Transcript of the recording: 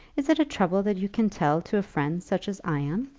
is it a trouble that you can tell to a friend such as i am?